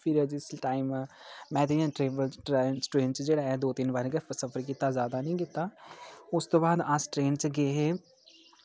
फिर जिसी टाइम में ते इ'यां ट्रेन उप्पर ट्रेन च जेह्ड़ा ऐ दो तिन्न बारी गै सफर कीता ज्यादा निं कीता उसदे बाद अस ट्रेन च गे हे